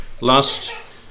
last